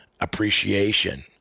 appreciation